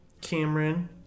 Cameron